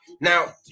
now